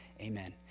Amen